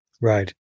Right